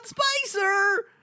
spicer